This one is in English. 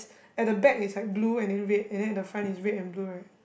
at the back it's like blue and then red and then at the front is red and blue right